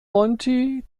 monti